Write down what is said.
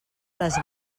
les